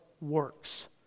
works